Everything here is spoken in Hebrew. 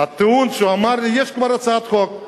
הטיעון שהוא אמר לי: יש כבר הצעת חוק.